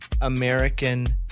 American